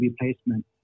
replacement